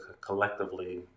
collectively